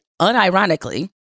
unironically